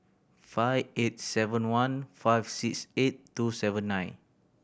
five eight seven one five six eight two seven nine